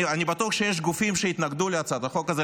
אני בטוח שיש גופים שיתנגדו להצעת החוק הזאת,